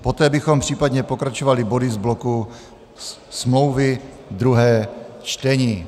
Poté bychom případně pokračovali body z bloku smlouvy, druhé čtení.